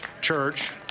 Church